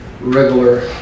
regular